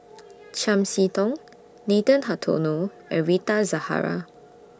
Chiam See Tong Nathan Hartono and Rita Zahara